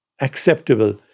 acceptable